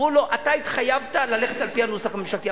אמרו: לא, אתה התחייבת ללכת על-פי הנוסח הממשלתי.